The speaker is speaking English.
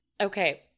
okay